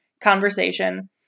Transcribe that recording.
conversation